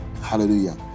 Hallelujah